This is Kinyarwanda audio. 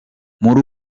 muri